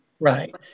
Right